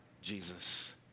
Jesus